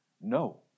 No